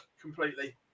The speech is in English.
Completely